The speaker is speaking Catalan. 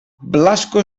blasco